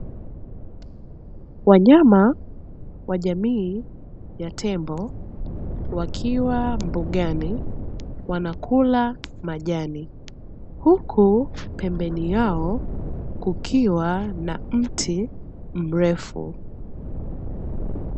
Wanyama wa jamii ya tembo wakiwa mbugani wanakula majani, huku pembeni yao kukiwa na mti mrefu.